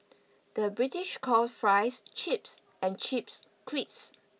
the British calls fries chips and chips crisps